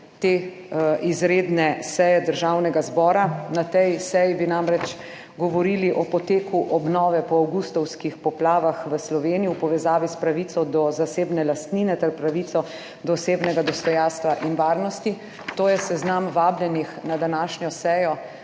te izredne seje Državnega zbora. Na tej seji bi namreč govorili o poteku obnove po avgustovskih poplavah v Sloveniji v povezavi s pravico do zasebne lastnine ter pravico do osebnega dostojanstva in varnosti. To je seznam vabljenih na današnjo sejo.